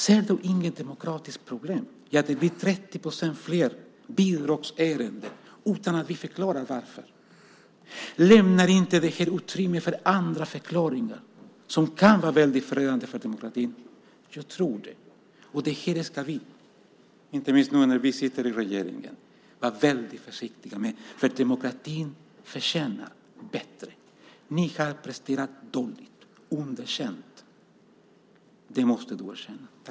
Ser du inget demokratiskt problem i att det blir 30 % fler bidragsärenden utan att vi förklarar varför? Lämnar inte detta utrymme för andra förklaringar som kan vara väldigt förödande för demokratin? Det tror jag. Det här ska vi, inte minst nu när vi sitter med i regeringen, vara väldigt försiktiga med, för demokratin förtjänar bättre. Ni har presterat dåligt - underkänt! Det måste du erkänna.